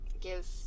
give